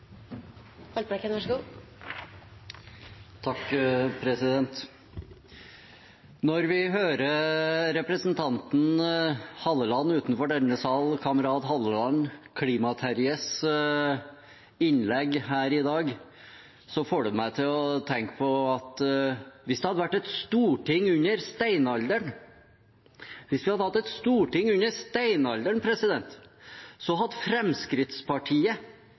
Når vi hører representanten Hallelands – utenfor denne sal: kamerat Halleland, Klima-Terje – innlegg her i dag, får det meg til å tenke at hvis det hadde vært et storting under steinalderen, hadde Fremskrittspartiet vært de ivrigste talspersonene mot å gå bort fra steinalderen.